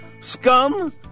scum